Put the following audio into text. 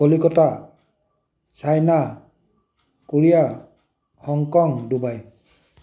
Kolkata China Korea Hong Kong Dubai